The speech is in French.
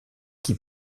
qui